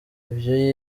ibyo